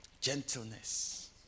Gentleness